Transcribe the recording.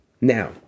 Now